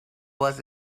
was